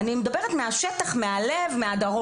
אני מדברת מהשטח, מהדרום, ומהלב.